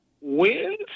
wins